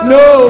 no